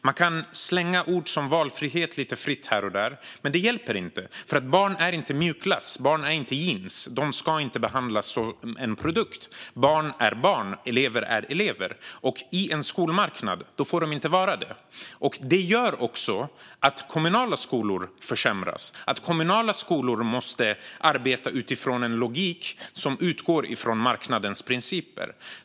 Man kan slänga ord som "valfrihet" lite fritt här och där, men det hjälper inte, för barn är inte mjukglass och barn är inte jeans. De ska inte behandlas som en produkt. Barn är barn. Elever är elever. På en skolmarknad får de inte vara det. Detta gör också att kommunala skolor försämras och måste arbeta utifrån en logik som utgår från marknadens principer.